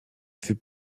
fut